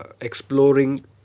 Exploring